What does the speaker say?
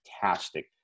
fantastic